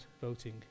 voting